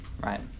right